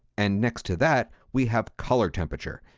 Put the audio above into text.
and next to that, we have color temperature.